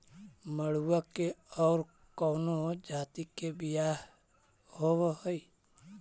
मडूया के और कौनो जाति के बियाह होव हैं?